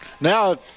now